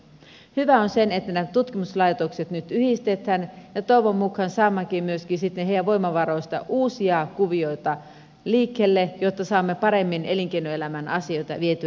hyvää on se että nämä tutkimuslaitokset nyt yhdistetään ja toivon mukaan saammekin myöskin sitten heidän voimavaroistaan uusia kuvioita liikkeelle jotta saamme paremmin elinkeinoelämän asioita vietyä eteenpäin